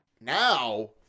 now